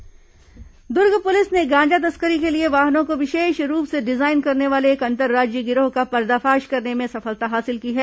गांजा तस्कर गिरफ्तार दुर्ग पुलिस ने गांजा तस्करी के लिए वाहनों को विशेष रूप से डिजाइन करने वाले एक अंतर्राज्यीय गिरोह का पर्दाफाश करने में सफलता हासिल की है